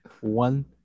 one